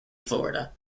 florida